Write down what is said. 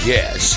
Yes